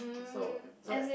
so so